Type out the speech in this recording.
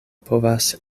povas